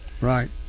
Right